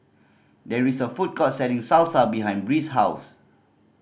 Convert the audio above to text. there is a food court selling Salsa behind Bree's house